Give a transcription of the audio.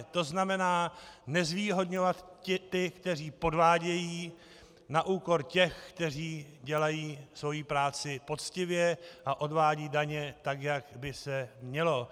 To znamená nezvýhodňovat ty, kteří podvádějí, na úkor těch, kteří dělají svoji práci poctivě a odvádějí daně tak, jak by se mělo.